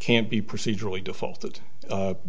can't be procedurally default